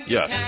Yes